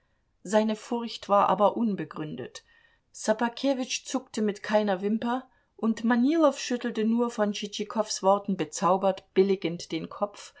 seine furcht war aber unbegründet ssobakewitsch zuckte mit keiner wimper und manilow schüttelte nur von tschitschikows worten bezaubert billigend den kopf